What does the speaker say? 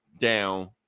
down